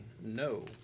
no